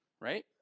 Right